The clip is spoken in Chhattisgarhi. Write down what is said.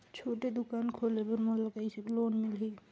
छोटे दुकान खोले बर मोला कइसे लोन मिलही?